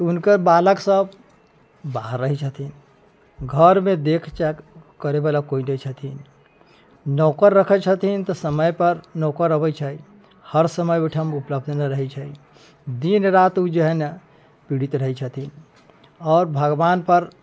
हुनकर बालकसभ बाहर रहै छथिन घरमे देख चाक करयवला कोइ नहि छथिन नौकर रखै छथिन तऽ समयपर नौकर अबै छै हर समय ओहिठाम उपलब्ध न रहै छै दिन रात ओ जे हइ न पीड़ित रहै छथिन आओर भगवानपर